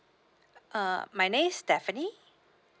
uh my name is stephanie